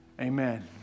Amen